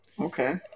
Okay